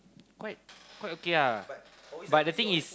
quite quite okay ah but the thing is